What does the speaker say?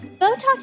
Botox